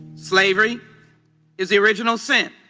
slavery is the original sin.